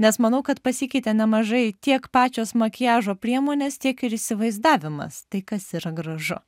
nes manau kad pasikeitė nemažai tiek pačios makiažo priemonės tiek ir įsivaizdavimas tai kas yra gražu